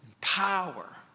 power